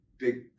big